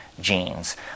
genes